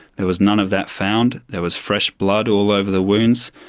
there was none of that found. there was fresh blood all over the wounds.